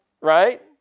right